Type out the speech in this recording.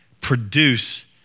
produce